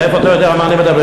מאיפה אתה יודע על מה אני מדבר?